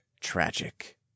tragic